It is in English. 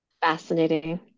Fascinating